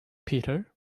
peter